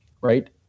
right